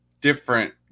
different